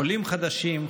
עולים חדשים,